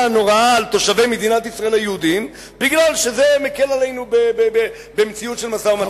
נוראה על תושבי מדינת ישראל היהודים כי זה מקל עלינו במציאות של משא-ומתן.